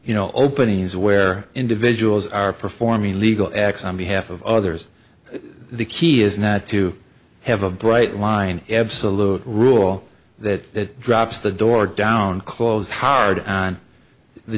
you know openings where individuals are performing illegal acts on behalf of others the key is not to have a bright line absolute rule that drops the door down close hard on the